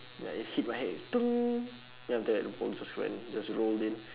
ya it hit my head then after that the ball just went in just rolled in